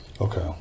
okay